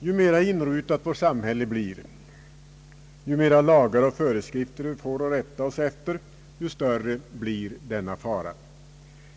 Ju mera inrutat vårt samhälle blir, ju flera lagar och föreskrifter vi får att rätta oss efter, desto större blir denna fara.